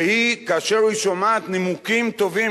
וכאשר היא שומעת נימוקים טובים,